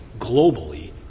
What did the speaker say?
globally